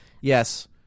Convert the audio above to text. Yes